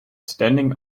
standing